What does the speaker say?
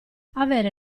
avere